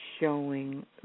showing